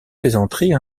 plaisanteries